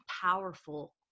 powerful